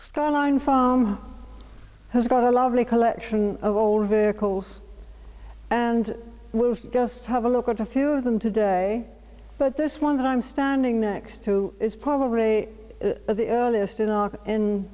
skyline foam has got a lovely collection of old vehicles and we've just have a look at a few of them today but this one that i'm standing next to is probably the earliest in our in